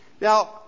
Now